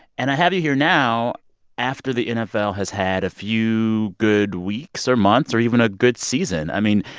and i have you here now after the nfl has had a few good weeks or months or even a good season. i mean,